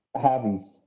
hobbies